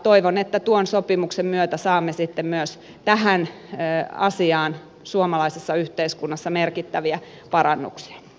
toivon että tuon sopimuksen myötä saamme sitten myös tähän asiaan suomalaisessa yhteiskunnassa merkittäviä parannuksia